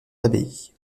l’abbaye